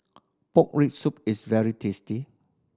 pork rib soup is very tasty